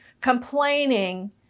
complaining